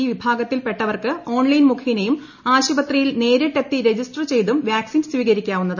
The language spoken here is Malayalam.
ഈ വിഭാഗത്തിൽപെട്ടവർക്ക് ഓൺലൈൻ മുഖേനയും ആശുപത്രിയിൽ നേരിട്ടെത്തി രജിസ്റ്റർ ചെയ്തും വാക്സിൻ സ്വീകരിക്കാവുന്നതാണ്